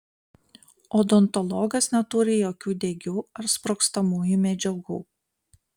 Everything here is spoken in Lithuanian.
odontologas neturi jokių degių ar sprogstamųjų medžiagų